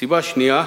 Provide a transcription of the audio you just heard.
סיבה שנייה,